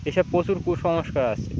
এসব প্রচুর কুসংস্কার আসছে